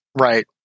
Right